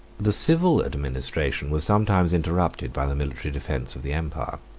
the civil administration was sometimes interrupted by the military defence of the empire.